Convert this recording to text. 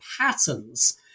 patterns